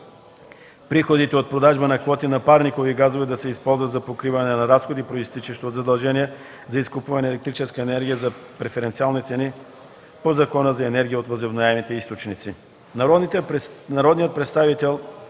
приходите от продажбата на квоти на парникови газове да се използват за покриване на разходи, произтичащи от задължения за изкупуване на електрическа енергия на преференциални цени по Закона за енергията от възобновяеми източници.